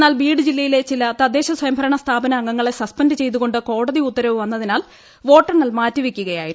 എന്നാൽ ബീഡ് ജില്ലയിലെ ചില തദ്ദേശ സ്വയംഭരണ സ്ഥാപന അംഗങ്ങളെ സസ്പെന്റ് ചെയ്തുകൊണ്ട് കോടതി ഉത്തരവ് വന്നതിനാൽ വോട്ടെണ്ണൽ മറ്റിവയ്ക്കുകയായിരുന്നു